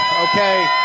okay